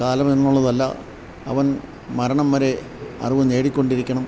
കാലം എന്നുള്ളതല്ല അവൻ മരണം വരെ അറിവ് നേടിക്കൊണ്ട് ഇരിക്കണം